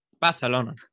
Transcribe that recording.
barcelona